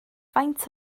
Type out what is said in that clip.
faint